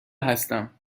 هستم